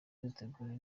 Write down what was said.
dutegura